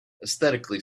aesthetically